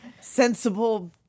Sensible